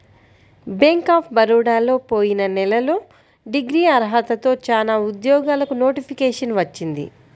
bank of బరోడాలో పోయిన నెలలో డిగ్రీ అర్హతతో చానా ఉద్యోగాలకు నోటిఫికేషన్ వచ్చింది